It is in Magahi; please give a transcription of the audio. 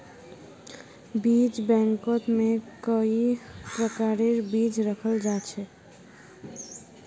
बीज बैंकत में कई प्रकारेर बीज रखाल जा छे